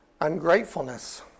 Ungratefulness